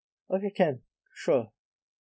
okay can sure